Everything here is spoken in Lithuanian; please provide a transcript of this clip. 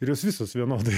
ir jos visos vienodai